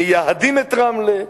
מייהדים את רמלה,